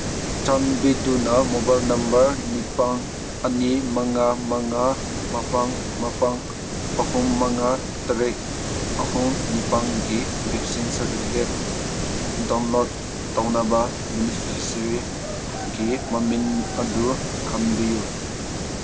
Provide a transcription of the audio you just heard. ꯆꯥꯟꯕꯤꯗꯨꯅ mobile number ꯅꯤꯄꯥꯟ ꯑꯅꯤ ꯃꯉꯥ ꯃꯉꯥ ꯃꯥꯄꯟ ꯃꯥꯄꯟ ꯑꯍꯨꯝ ꯃꯉꯥ ꯇꯔꯦꯠ ꯑꯍꯨꯝ ꯅꯤꯄꯥꯟꯒꯤ ꯚꯤꯛꯁꯤꯟ ꯁꯥꯔꯇꯤꯐꯤꯀꯦꯠ ꯗꯥꯎꯟꯂꯣꯠ ꯇꯧꯅꯕ ꯕꯤꯅꯤꯐꯤꯁꯔꯤꯒꯤ ꯃꯃꯤꯡ ꯑꯗꯨ ꯈꯟꯕꯤꯌꯨ